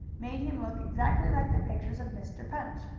made him look exactly like the pictures of mr. punch.